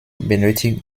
benötigt